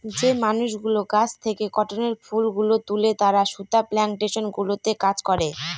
যে মানুষগুলো গাছ থেকে কটনের ফুল গুলো তুলে তারা সুতা প্লানটেশন গুলোতে কাজ করে